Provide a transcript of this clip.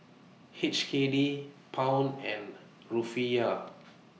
H K D Pound and Rufiyaa